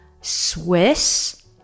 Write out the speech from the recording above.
Swiss